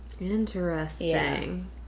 Interesting